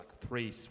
three